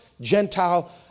Gentile